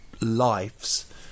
lives